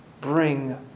bring